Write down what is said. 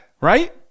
Right